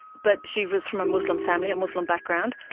but she was from a muslim family, a muslim background.